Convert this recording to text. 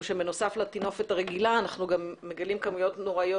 שבנוסף לטינופת הרגילה אנחנו גם מגלים גם כמויות נוראיות